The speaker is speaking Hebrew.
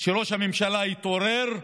שראש הממשלה יתעורר,